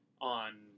on